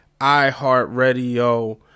iHeartRadio